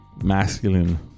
Masculine